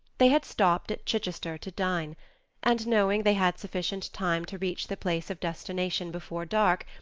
they had stopped at chichester to dine and knowing they had sufficient time to reach the place of destination before dark,